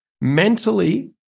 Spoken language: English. mentally